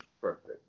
Perfect